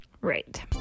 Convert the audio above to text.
Right